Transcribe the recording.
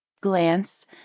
Glance